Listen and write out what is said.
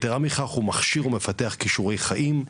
יתרה מכך הוא מכשיר ומפתח כישורי חיים,